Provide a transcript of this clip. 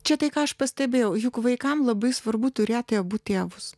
čia tai ką aš pastebėjau juk vaikam labai svarbu turėti abu tėvus